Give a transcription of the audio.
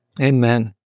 Amen